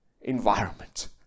environment